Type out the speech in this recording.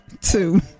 Two